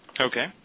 Okay